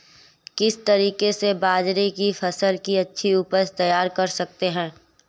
किस तरीके से बाजरे की फसल की अच्छी उपज तैयार कर सकते हैं?